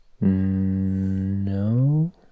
no